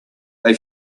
they